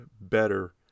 better